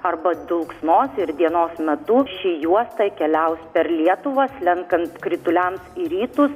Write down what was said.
arba dulksnos ir dienos metu ši juosta keliaus per lietuvą slenkant krituliams į rytus